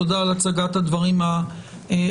תודה על הצגת הדברים הרהוטה.